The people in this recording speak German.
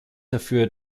dafür